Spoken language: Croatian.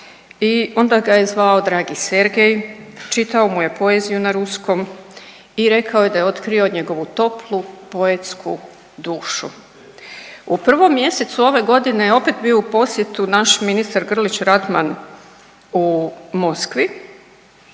onda ga je zvao dragi Sergej, čitao mu je poeziju na ruskom i rekao je da otkrio njegovu toplu poetsku dušu. U prvom mjesecu ove godine je opet bio u posjetu naš ministar Grlić Radman u Moskvi